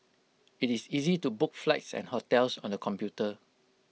IT is easy to book flights and hotels on the computer